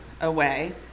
away